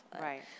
Right